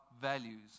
values